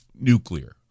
nuclear